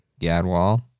Gadwall